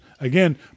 again